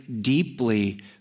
deeply